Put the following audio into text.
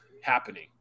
happening